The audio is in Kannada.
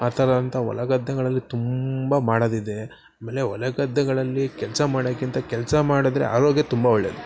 ಆ ಥರ ಅಂಥ ಹೊಲ ಗದ್ದೆಗಳಲ್ಲಿ ತುಂಬ ಮಾಡೋದಿದೆ ಆಮೇಲೆ ಹೊಲ ಗದ್ದೆಗಳಲ್ಲಿ ಕೆಲಸ ಮಾಡೋಕ್ಕಿಂತ ಕೆಲಸ ಮಾಡಿದ್ರೆ ಆರೋಗ್ಯ ತುಂಬ ಒಳ್ಳೇದು